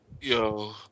Yo